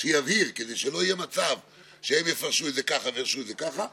שבהם ירצו להמשיך לתחזק אותו וגם מחליפה שקל